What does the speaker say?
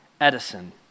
Edison